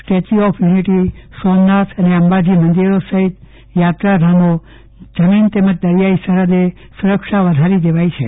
statue of Unity Somnath અને અંબાજી મંદિરો સહિત યાત્રાધામો જમીન તેમજ દરિયાઈ સુરક્ષા વધારી દેવાઈ છે